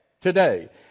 today